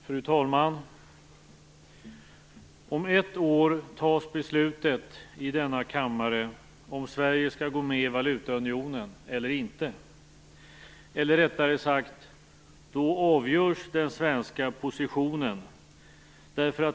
Fru talman! Om ett år fattas beslutet i denna kammare om Sverige skall gå med i valutaunionen eller inte. Eller rättare sagt: Då avgörs den svenska positionen.